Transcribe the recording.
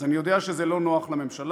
אז אני יודע שזה לא נוח לממשלה,